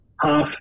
half